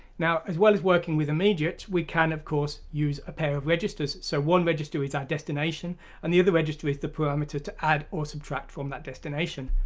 now as well as working with immediates, we can of course use a pair of registers. so one register is our destination and the other register is the parameter to add or subtract from that destination.